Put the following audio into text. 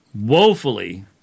woefully